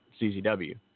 CZW